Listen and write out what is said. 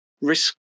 risk